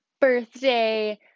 birthday